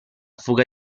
fuga